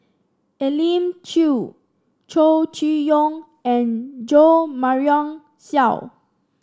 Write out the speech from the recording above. Elim Chew Chow Chee Yong and Jo Marion Seow